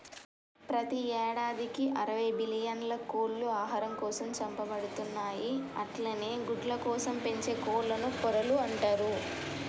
ప్రతి యేడాదికి అరవై బిల్లియన్ల కోళ్లు ఆహారం కోసం చంపబడుతున్నయి అట్లనే గుడ్లకోసం పెంచే కోళ్లను పొరలు అంటరు